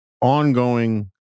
ongoing